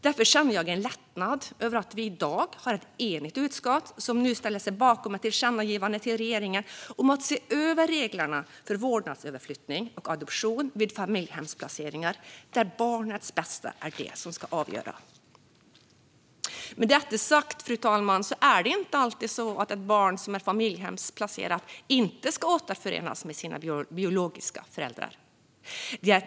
Därför känner jag en lättnad över att vi i dag har ett enigt utskott som nu ställer sig bakom ett tillkännagivande till regeringen om att se över reglerna för vårdnadsöverflyttning och adoption vid familjehemsplaceringar, där barnets bästa är det som ska avgöra. Med detta sagt, fru talman, är det inte alltid så att ett barn som är familjehemsplacerat inte ska återförenas med sina biologiska föräldrar.